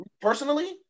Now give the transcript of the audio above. personally